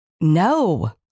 no